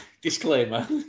disclaimer